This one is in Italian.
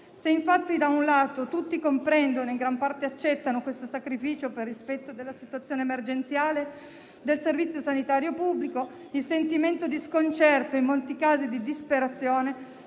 Se infatti da un lato tutti comprendono e in gran parte accettano questo sacrificio per rispetto della situazione emergenziale del Servizio sanitario pubblico, il sentimento di sconcerto e in molti casi di disperazione